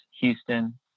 Houston